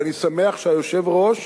ואני שמח שהיושב-ראש,